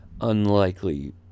unlikely